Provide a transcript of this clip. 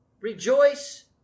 Rejoice